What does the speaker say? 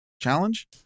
Challenge